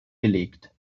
gelegt